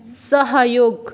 सहयोग